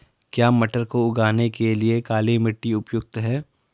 क्या मटर को उगाने के लिए काली मिट्टी उपयुक्त है?